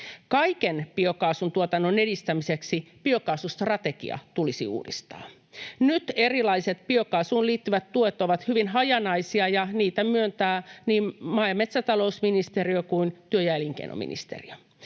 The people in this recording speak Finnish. Kaiken biokaasun tuotannon edistämiseksi biokaasustrategia tulisi uudistaa. Nyt erilaiset biokaasuun liittyvät tuet ovat hyvin hajanaisia, ja niitä myöntää niin maa- ja metsätalousministeriö kuin työ- ja elinkeinoministeriö.